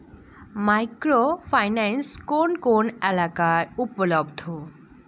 Micro finance কোন কোন এলাকায় উপলব্ধ?